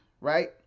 right